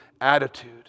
attitude